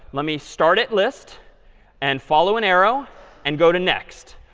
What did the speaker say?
let me start at list and follow an arrow and go to next.